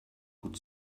could